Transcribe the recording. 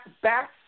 back